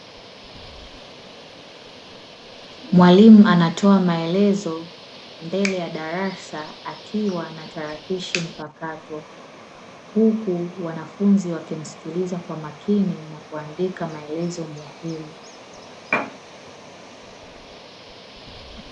Mwalimu anatoa maelezo mbele ya darasa akiwa na tarakishi mpakato, huku wanafunzi wakimsikiliza kwa makini na kuandika maelezo muhimu.